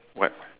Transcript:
when